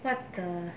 what the